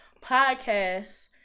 podcasts